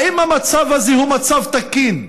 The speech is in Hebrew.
האם המצב הזה הוא מצב תקין?